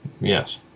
Yes